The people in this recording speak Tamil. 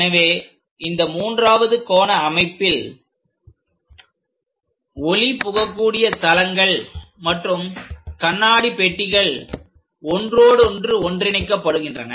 எனவே இந்த மூன்றாவது கோண அமைப்பில் ஒளிபுக கூடிய தளங்கள் மற்றும் கண்ணாடி பெட்டிகள் ஒன்றோடொன்று ஒன்றிணைக்கப்படுகின்றன